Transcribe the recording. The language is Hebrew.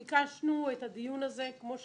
ביקשנו את הדיון הזה, כמו שאמרתי,